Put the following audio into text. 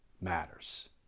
matters